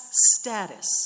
status